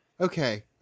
okay